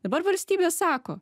dabar valstybė sako